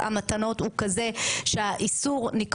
אבל אתה מאפשר תרומות אנונימיות.